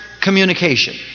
communication